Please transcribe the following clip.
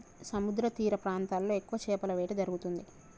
సముద్రతీర ప్రాంతాల్లో ఎక్కువ చేపల వేట జరుగుతుంది